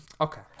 Okay